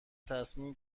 تصمیم